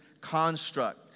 construct